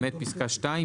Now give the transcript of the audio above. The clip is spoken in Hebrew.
למעט פסקה (2),